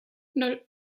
nan